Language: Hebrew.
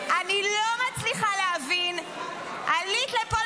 אני לא מצליחה להבין: עלית לפה,